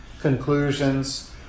conclusions